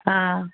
ਹਾਂ